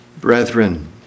brethren